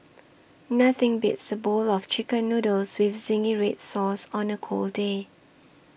nothing beats a bowl of Chicken Noodles with Zingy Red Sauce on a cold day